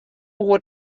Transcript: oer